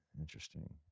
interesting